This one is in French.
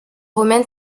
romaine